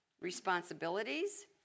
Responsibilities